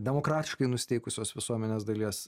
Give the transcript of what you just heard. demokratiškai nusiteikusios visuomenės dalies